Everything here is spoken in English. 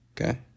Okay